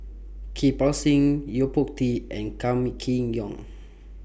Kirpal Singh Yo Po Tee and Kam Kee Yong